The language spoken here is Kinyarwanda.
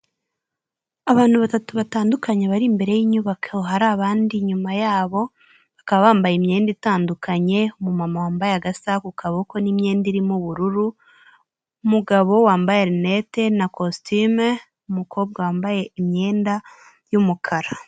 Abantu batatu batandukanye bari imbere y'inyubako hari abandi inyuma yabo, bakaba bambaye imyenda itandukanye, umu mama wambaye agasaha ku kaboko n'imyenda irimo ubururu, umugabo wambaye rinete, na kositime, umukobwa wambaye imyenda y'umukara.